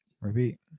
repeat